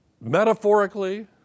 metaphorically